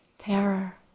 terror